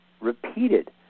repeated